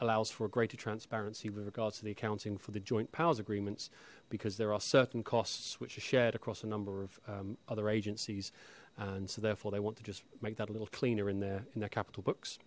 allows for a greater transparency with regards to the accounting for the joint powers agreement because there are certain costs which are shared across a number of other agencies and so therefore they want to just make that a little cleaner in their in their capital books